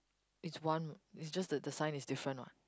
it's one it's just the the sign is different what